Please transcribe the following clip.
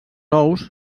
ous